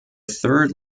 third